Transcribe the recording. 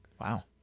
wow